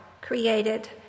created